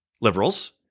liberals